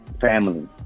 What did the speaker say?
family